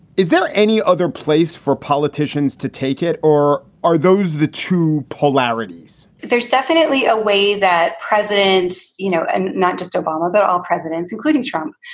is there any other place for politicians to take it or are those the two polarities? there's definitely a way that presidents, you know and not just obama, but all presidents, including trump,